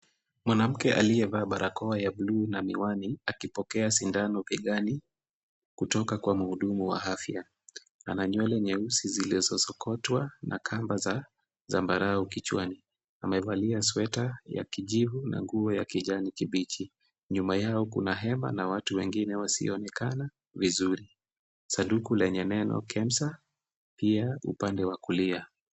Mwanamke aliyevaa barakoa ya buluu na miwani akipokea sindano begani kutoka kwa mhudumu wa afya. Ana nywele nyeusi zilizosokotwa na kamba za zambarau kichwani. Amevalia sweta ya kijivu na nguo ya kijani kibichi. Nyuma yao kuna hema na watu wengine wasioonekana vizuri. Sanduku lenye neno KEMSA pia upande wa kulia.